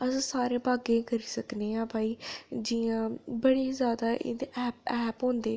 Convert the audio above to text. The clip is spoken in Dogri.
असें सारे भागें करी सकने आं भाई जि'यां बड़ी जैदा एह्दे ऐप्प ऐप्प होंदे